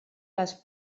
les